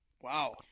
Wow